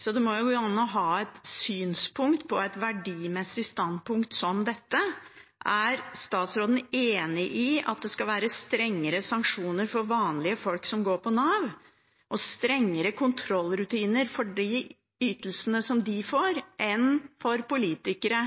så det må vel gå an å ha et synspunkt på et verdimessig standpunkt som dette. Er statsråden enig i at det skal være strengere sanksjoner for vanlige folk som går på Nav, og strengere kontrollrutiner for de ytelsene som de får, enn for politikere